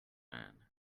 man